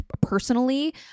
personally